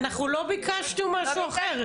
אנחנו לא ביקשנו משהו אחר.